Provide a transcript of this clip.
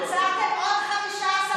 עצרתם עוד 15 הבוקר,